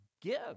Give